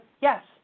Yes